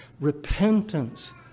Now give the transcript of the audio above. repentance